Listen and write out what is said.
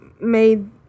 made